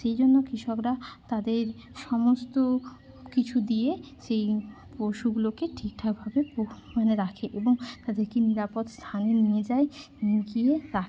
সেই জন্য কৃষকরা তাদের সমস্ত কিছু দিয়ে সেই পশুগুলোকে ঠিক ঠাকভাবে পো মানে রাখে এবং তাদেরকে নিরাপদ স্থানে নিয়ে যায় নিয়ে গিয়ে রাখে